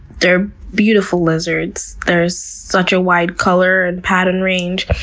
they're beautiful lizards. there's such a wide color and pattern range,